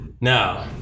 Now